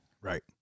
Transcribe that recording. right